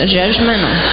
judgmental